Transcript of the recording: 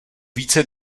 více